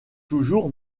toujours